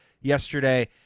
yesterday